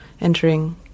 entering